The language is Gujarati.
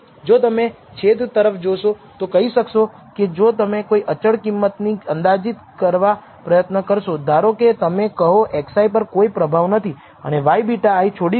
જો તમે છેદ તરફ જોશો તો કહી શકશો કે જો તમે કોઈ અચળ કિંમત ને અંદાજિત કરવા પ્રયત્ન કરશો ધારોકે તમે કહો xi પર કોઈ પ્રભાવ નથી અને yβi છોડી દીધું